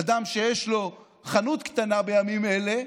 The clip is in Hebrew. אדם שיש לו חנות קטנה בימים האלה,